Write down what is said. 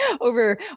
over